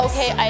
Okay